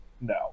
no